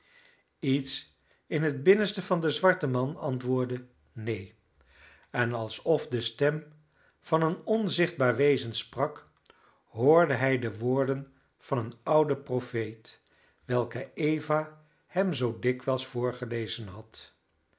iets in het binnenste van den zwarten man antwoordde neen en alsof de stem van een onzichtbaar wezen sprak hoorde hij de woorden van een ouden profeet welke eva hem zoo dikwijls voorgelezen had